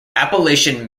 appalachian